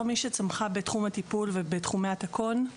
מי שצמחה בתחום הטיפול ובתחומי התקון,